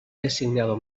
designado